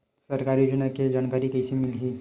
सरकारी योजना के जानकारी कइसे मिलही?